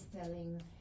telling